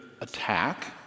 attack